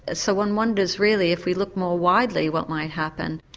ah so one wonders really if we looked more widely what might happen.